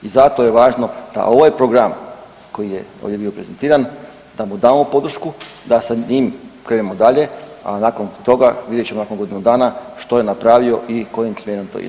I zato je važno da ovaj program koji je ovdje bio prezentiran da mu damo podršku, da sa njim krenemo dalje, a nakon toga, vidjet ćemo nakon godinu dana što je napravio i kojim smjerom to ide.